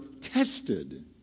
tested